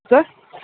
sir